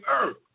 earth